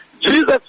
Jesus